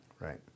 Right